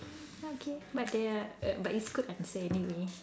okay but there are err but it's good answer anyway